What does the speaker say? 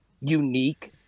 unique